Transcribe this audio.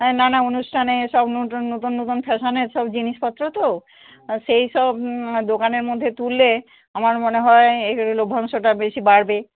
হ্যাঁ নানা অনুষ্ঠানে সব নত নতুন নতুন ফ্যাশান সব জিনিসপত্র তো সেই সব দোকানের মধ্যে তুললে আমার মনে হয় এই লভ্যাংশটা বেশি বাড়বে